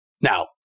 Now